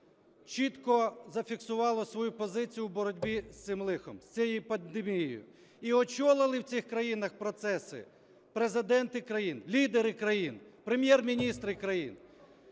чітко зафіксувало свою позицію у боротьби з цим лихом, з цією пандемією. І очолили в цих країнах процеси президенти країн, лідери країни, прем'єр-міністри країн.